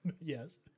yes